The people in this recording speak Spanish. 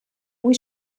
muy